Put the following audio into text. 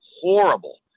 horrible